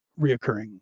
reoccurring